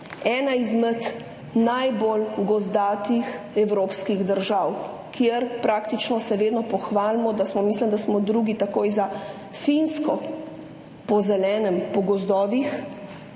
ena izmed najbolj gozdnatih evropskih držav, kjer se praktično vedno pohvalimo, mislim, da smo drugi, takoj za Finsko, z zelenim, gozdovi,